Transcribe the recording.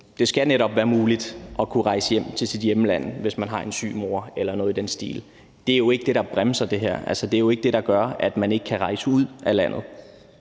Det skal netop være muligt at kunne rejse hjem til sit hjemland, hvis man har en syg mor eller noget i den stil. Det er jo ikke det, der bremser det her. Det er jo ikke det, der gør, at man ikke kan rejse ud af landet.